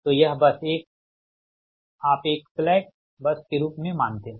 तो यह बस 1 आप एक स्लैक बस के रूप में मानते हैं